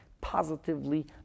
positively